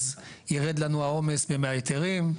אז יירד לנו העומס מההיתרים.